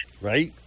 Right